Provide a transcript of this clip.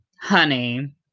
honey